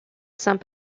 saint